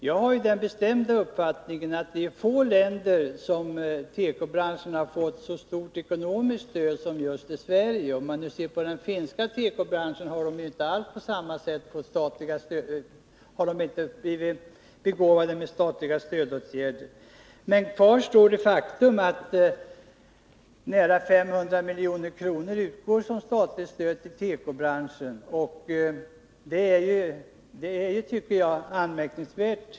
Jag har den bestämda uppfattningen att det är i få länder som tekobranschen har fått så stort ekonomiskt stöd som just i Sverige. Den finska tekobranschen t.ex. har inte alls på samma sätt blivit begåvad med statliga stödåtgärder. Kvar står det faktum att nära 500 milj.kr. utgår som statligt stöd till tekobranschen. Det tycker jag är anmärkningsvärt.